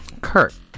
Kurt